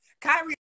Kyrie